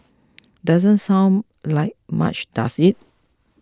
doesn't sound like much does it